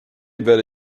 werde